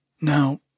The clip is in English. Now